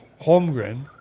Holmgren